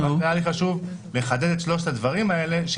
היה לי חשוב לחדד את שלושת הדברים האלה.